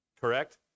correct